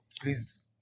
please